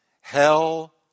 hell